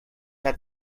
had